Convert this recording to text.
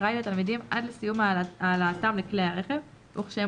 אחראי לתלמידים עד לסיום העלאתם לכלי הרכב וכשהם